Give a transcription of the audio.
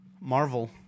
Marvel